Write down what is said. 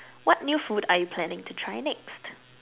what new food are you planning to try next